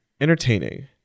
entertaining